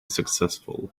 successful